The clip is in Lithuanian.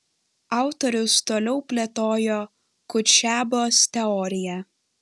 autorius toliau plėtojo kutšebos teoriją